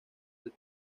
del